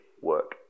work